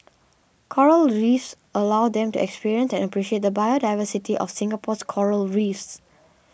coral Reefs allows them to experience and appreciate the biodiversity of Singapore's Coral Reefs